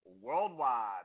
worldwide